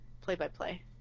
play-by-play